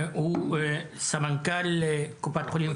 סמנכ"ל קופות חולים